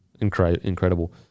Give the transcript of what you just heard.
Incredible